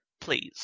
Please